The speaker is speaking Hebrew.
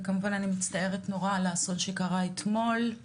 וכמובן אני מצטערת נורא על האסון שקרה אתמול,